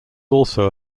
also